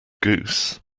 goose